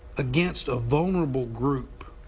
against a vulnerable group.